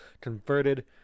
converted